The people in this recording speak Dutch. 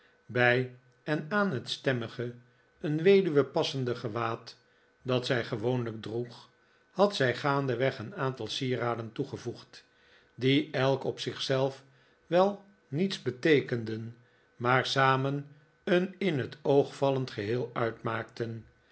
bij en aan het stemmige een weduwe passende gewaad dat zij gewoonlijk droeg had zij gaandeweg een aantal sieraden toegevoegd die elk op zich zelf wel niets beteekenden maar samen een in het oog vallend geheel uitmaakten